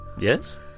Yes